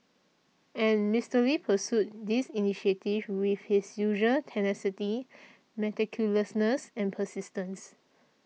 and Mister Lee pursued this initiative with his usual tenacity meticulousness and persistence